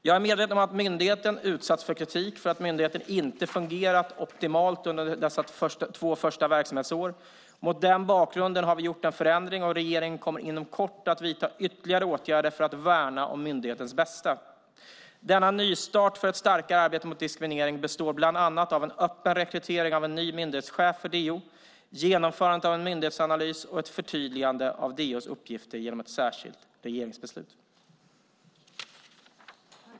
Jag är medveten om att myndigheten utsatts för kritik för att myndigheten inte har fungerat optimalt under dess två första verksamhetsår. Mot den bakgrunden har vi gjort en förändring, och regeringen kommer inom kort att vidta ytterligare åtgärder för att värna om myndighetens bästa. Denna nystart för ett starkare arbete mot diskriminering består bland annat av en öppen rekrytering av en ny myndighetschef för DO, genomförandet av en myndighetsanalys och ett förtydligande av DO:s uppgifter genom ett särskilt regeringsbeslut.